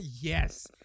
Yes